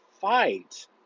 fight